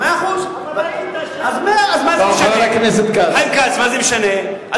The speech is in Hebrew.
מאה אחוז, מה זה משנה?